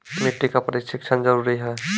मिट्टी का परिक्षण जरुरी है?